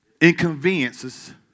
inconveniences